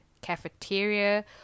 cafeteria